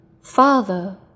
father